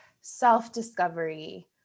self-discovery